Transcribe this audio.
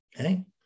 okay